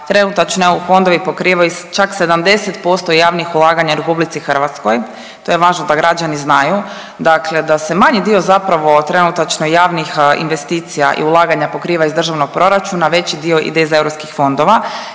trenutačno EU fondovi pokrivaju čak 70% javnih ulaganja u RH, to je važno da građani znaju, dakle da se manji dio zapravo trenutačno javnih investicija i ulaganja pokriva iz državnog proračuna, a veći dio ide iz EU fondova